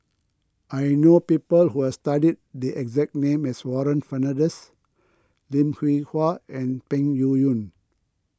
I know people who have studied the exact name as Warren Fernandez Lim Hwee Hua and Peng Yu Yun